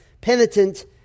penitent